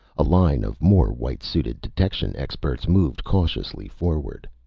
a line of more white-suited detection experts moved cautiously forward.